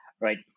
right